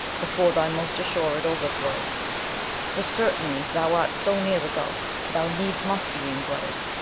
before thy most assured ouerthrow for certainly, thou art so neere the gulfe, thou needs must be englutted.